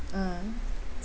uh